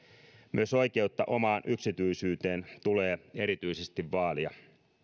myös oikeutta omaan yksityisyyteen tulee erityisesti vaalia